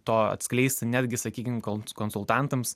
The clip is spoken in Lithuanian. to atskleisti netgi sakykim kol konsultantams